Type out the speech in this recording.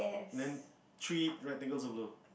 then three rectangles of blue